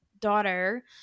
daughter